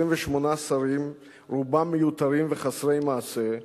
28 שרים, רובם מיותרים וחסרי מעשה,